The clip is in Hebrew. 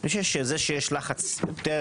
זה שיש לחץ יותר